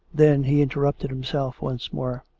then he interrupted himself once more.